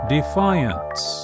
Defiance